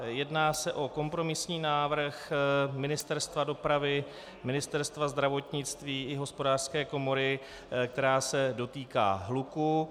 Jedná se o kompromisní návrh Ministerstva dopravy, Ministerstva zdravotnictví i Hospodářské komory, který se dotýká hluku.